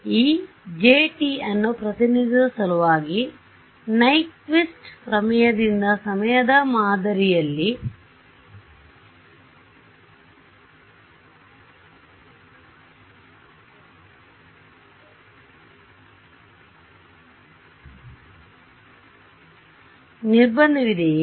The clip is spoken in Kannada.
ಈ J ಅನ್ನು ಪ್ರತಿನಿಧಿಸುವ ಸಲುವಾಗಿ ನೈಕ್ವಿಸ್ಟ್ ಪ್ರಮೇಯದಿಂದ ಸಮಯದ ಮಾದರಿಗಳಲ್ಲಿ ನಿರ್ಬಂಧವಿದೆಯೇ